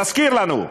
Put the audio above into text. תזכיר לנו.